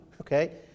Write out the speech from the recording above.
okay